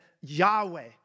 Yahweh